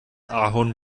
ahorn